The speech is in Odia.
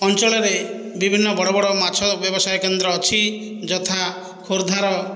ଅଞ୍ଚଳରେ ବିଭିନ୍ନ ବଡ଼ ବଡ଼ ମାଛ ବ୍ୟବସାୟ କେନ୍ଦ୍ର ଅଛି ଯଥା ଖୋର୍ଦ୍ଧାର